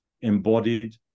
embodied